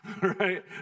right